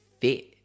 fit